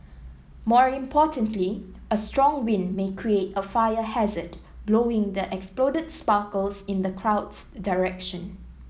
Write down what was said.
more importantly a strong wind may create a fire hazard blowing the exploded sparkles in the crowd's direction